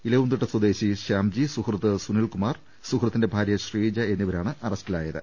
ഇലവൂതിട്ട് സ്വദേശി ശ്യാംജി സുഹൃത്ത് സുനിൽകുമാർ സുഹൃത്തിന്റെ ഭാര്യ ശ്രീജ എന്നിവരാണ് അറസ്റ്റിലായത്